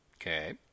Okay